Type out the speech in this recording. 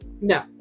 no